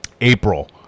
April